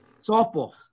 Softballs